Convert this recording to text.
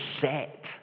set